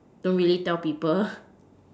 don't really tell people